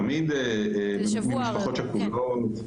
תמיד ממשפחות שכולות,